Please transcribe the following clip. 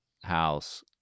house